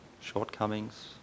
shortcomings